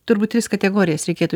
turbūt tris kategorijas reikėtų